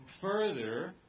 further